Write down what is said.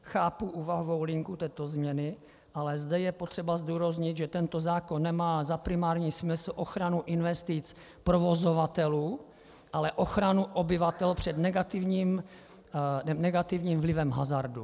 Chápu úvahovou linku této změny, ale zde je potřeba zdůraznit, že tento zákon nemá za primární smysl ochranu investic provozovatelů, ale ochranu obyvatel před negativním vlivem hazardu.